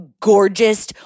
gorgeous